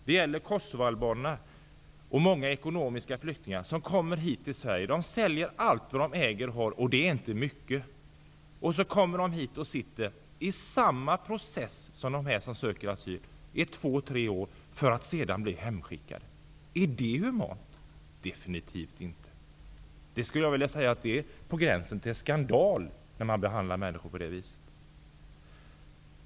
Det gäller kosovoalbanerna och många ekonomiska flyktingar som kommer hit till Sverige. De säljer allt de äger och har - och det är inte mycket -- och kommer hit och får gå igenom samma process som dem som söker asyl, i två tre år, för att sedan bli hemskickade. Är det humant? Definitivt inte. Jag skulle vilja säga att det är på gränsen till skandal att behandla människor på det viset.